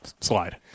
slide